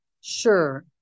sure